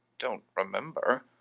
don't remember.